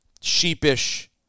sheepish